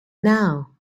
now